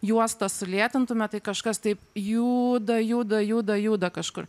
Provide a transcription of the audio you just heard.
juostą sulėtintume tai kažkas taip juda juda juda kažkur